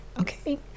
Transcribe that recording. Okay